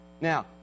Now